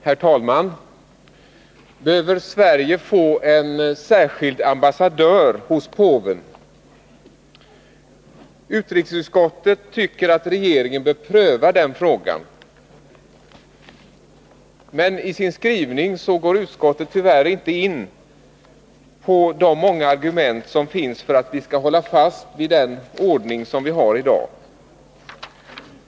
Herr talman! Behöver Sverige få en särskild ambassadör hos påven? Utrikesutskottet tycker att regeringen bör pröva den frågan. Men i sin skrivning går utskottet tyvärr inte in på de många argument som finns för att vi skall hålla fast vid den ordning som vi har i dag.